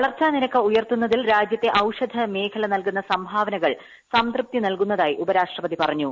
വളർച്ച നിരക്ക് ഉയ്ർത്തുന്നതിൽ രാജ്യത്തെ ഔഷധമേഖല നൽകുന്ന സംഭാവന്കൾ സംതൃപ്തി നൽകുന്നതായി ഉപരാഷ്ട്രപതി പറഞ്ഞു